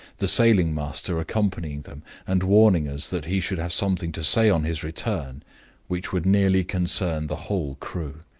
the sailing-master accompanying them, and warning us that he should have something to say on his return which would nearly concern the whole crew.